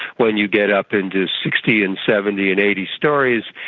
when you get up into sixty and seventy and eighty storeys,